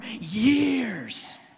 years